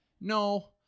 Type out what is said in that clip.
No